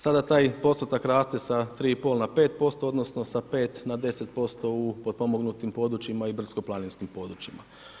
Sada taj postotak raste sa 3,5 na 5%, odnosno sa 5 na 10% u potpomognutim područjima i brdsko-planinskim područjima.